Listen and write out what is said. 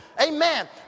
Amen